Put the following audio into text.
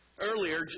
Earlier